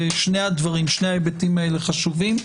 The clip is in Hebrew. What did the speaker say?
ושני הדברים, ההיבטים האלה חשובים.